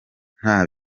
nta